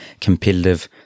competitive